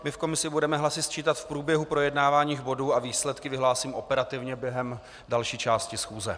My v komisi budeme hlasy sčítat v průběhu projednávaných bodů a výsledky vyhlásím operativně během další části schůze.